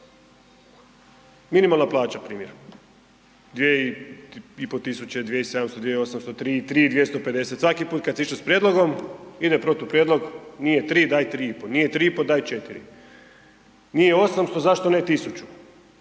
Minimalna plaća, primjer. 2500, 2700, 2800, 3000, 3250, svaki put kad su ušli s prijedlogom, ide protuprijedlog, nije 3, daj 3,5, nije 3,5, daj 4. Nije 800, zašto ne 1000.